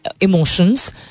emotions